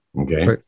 okay